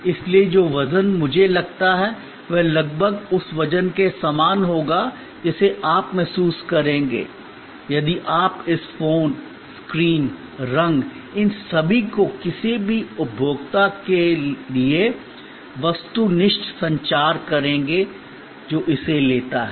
इसलिए जो वजन मुझे लगता है वह लगभग उस वजन के समान होगा जिसे आप महसूस करेंगे यदि आप इस फोन स्क्रीन रंग इन सभी को किसी भी उपभोक्ता के लिए वस्तुनिष्ठ सचार करेंगे जो इसे लेता है